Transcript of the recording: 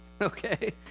Okay